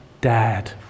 dad